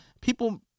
People